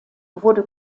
wurde